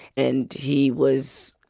and he was,